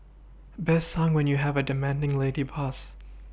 best sung when you have a demanding lady boss